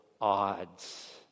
odds